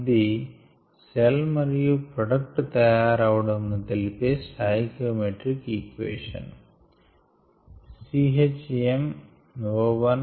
ఇది సెల్ మరియు ప్రొడక్ట్ తయారవడం ను తెలిపే స్టాయికియోమెట్రిక్ ఈక్వేషన్